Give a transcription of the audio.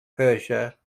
persia